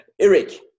Eric